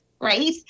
right